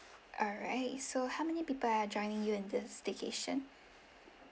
alright so how many people are joining you in this staycation